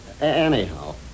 anyhow